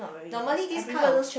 normally these kind of